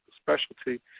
specialty